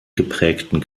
geprägten